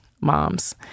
moms